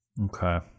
Okay